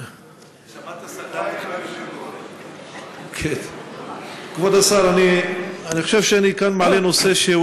שמעת "סדן" שמעת "סדן" נחנקת?